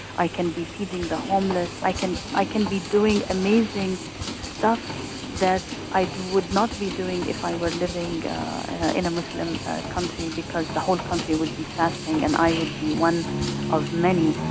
i can be feeding the homeless, i can i can be doing amazing stuff that i would not be doing if i were living in a muslim country because the whole country would be fasting and i would be one of many